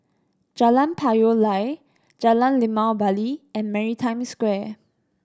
Jalan Payoh Lai Jalan Limau Bali and Maritime Square